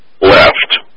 left